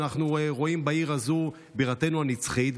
אנחנו רואים בעיר הזו בירתנו הנצחית,